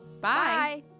Bye